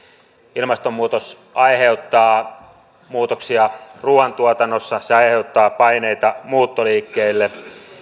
ilmastonmuutos aiheuttaa muutoksia ruuantuotannossa se aiheuttaa paineita muuttoliikkeelle